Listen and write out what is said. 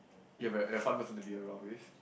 you're a a fun person to be around with